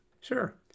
Sure